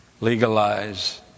legalize